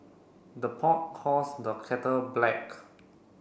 the pot calls the kettle black